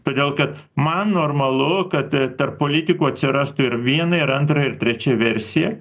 todėl kad man normalu kad tarp politikų atsirastų ir viena ir antra ir trečia versija